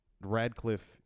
Radcliffe